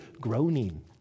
Groaning